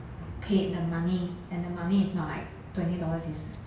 paid the money and the money is not like twenty dollars is